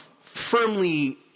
Firmly